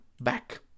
back